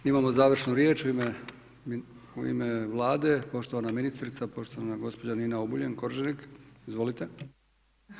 Imamo završnu riječ u ime Vlade, poštovana ministrica, poštovana gospođa Nina Obuljen Koržinek.